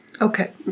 Okay